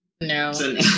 no